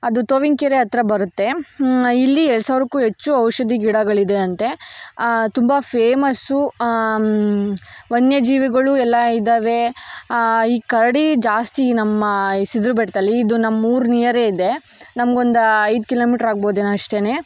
ಅದು ತೋವಿನ ಕೆರೆ ಹತ್ರ ಬರುತ್ತೆ ಇಲ್ಲಿ ಎತಡು ಸಾವಿರಕ್ಕೂ ಹೆಚ್ಚು ಔಷಧಿ ಗಿಡಗಳಿದೆ ಅಂತೆ ತುಂಬ ಫೇಮಸ್ಸು ವನ್ಯಜೀವಿಗಳು ಎಲ್ಲ ಇದ್ದಾವೆ ಈ ಕರಡಿ ಜಾಸ್ತಿ ನಮ್ಮ ಈ ಸಿದ್ಧರ ಬೆಟ್ಟದಲ್ಲಿ ಇದು ನಮ್ಮೂರು ನಿಯರೇ ಇದೆ ನಮ್ಗೊಂದು ಐದು ಕಿಲೋಮಿಟ್ರ್ ಆಗ್ಬೋದೇನೋ ಅಷ್ಟೇ